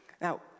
Now